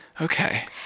Okay